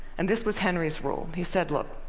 and this was henry's rule, he said, look,